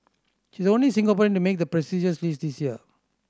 she is the only Singaporean to make the prestigious list this year